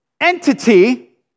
entity